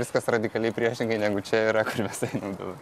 viskas radikaliai priešingai negu čia yra kur mes einam dabar